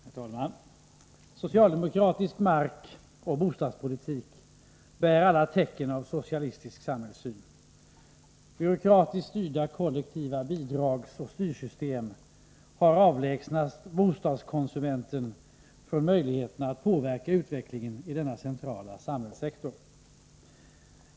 Herr talman! Socialdemokratisk markoch bostadspolitik karakteriseras helt av socialistisk samhällssyn. Byråkratiskt styrda kollektiva bidragsoch styrsystem har avlägsnat bostadskonsumenten från möjligheten att påverka utvecklingen i denna centrala samhällssektor.